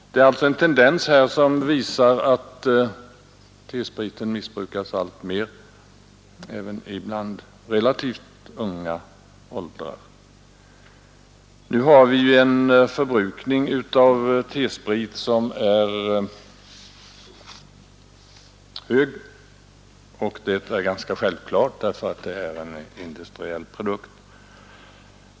Det finns alltså en tendens att T-spriten missbrukas alltmer även bland relativt unga. Nu har vi en förbrukning av T-sprit som är hög. Detta är ganska självklart, eftersom T-sprit är en industriell produkt.